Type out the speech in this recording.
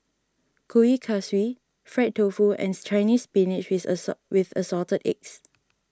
Kuih Kaswi Fried Tofu ends Chinese Spinach with Assort with Assorted Eggs